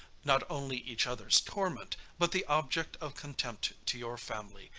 not only each other's torment, but the object of contempt to your family,